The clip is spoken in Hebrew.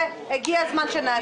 הגיע הזמן שנעשה את זה.